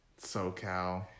socal